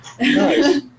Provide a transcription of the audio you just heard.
Nice